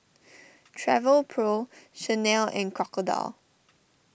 Travelpro Chanel and Crocodile